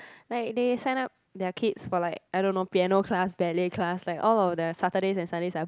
like they sign up their kids for like I don't know piano class ballet class like all of their Saturdays and Sundays are